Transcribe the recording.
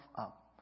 up